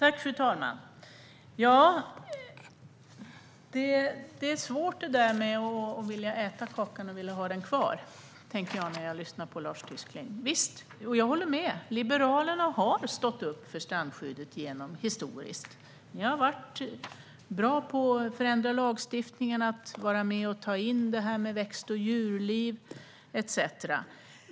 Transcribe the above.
Fru talman! Det är svårt att vilja äta kakan och att vilja ha den kvar, tänker jag när jag lyssnar på Lars Tysklind. Jag håller med om att Liberalerna har stått upp för strandskyddet genom historien. Ni har varit bra på att förändra lagstiftningen och vara med och ta in detta med växt och djurliv etcetera.